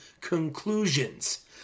conclusions